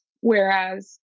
whereas